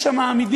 יש שם אמידים.